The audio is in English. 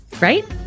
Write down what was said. right